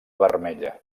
vermella